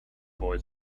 boy